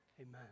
Amen